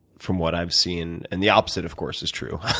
from what i've seen. and the opposite, of course, is true.